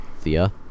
Thea